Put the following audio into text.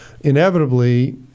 inevitably